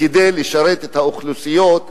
כדי לשרת את האוכלוסיות,